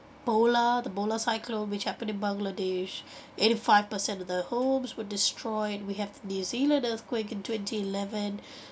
bhola the bhola cyclone which happened in bangladesh eighty five percent of the homes were destroyed we have new zealand earthquake in twenty eleven